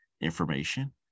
Information